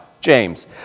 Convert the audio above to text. James